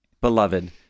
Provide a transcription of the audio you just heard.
Beloved